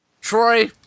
Troy